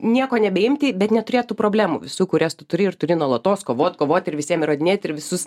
nieko nebeimti bet neturėt tų problemų visų kurias turi ir turi nuolatos kovot kovot ir visiem įrodinėti ir visus